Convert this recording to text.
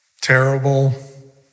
terrible